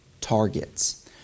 targets